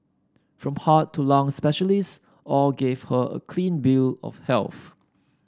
from heart to lung specialists all gave her a clean bill of health